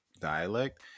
dialect